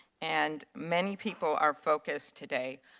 and many people are focused, today,